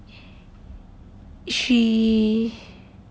she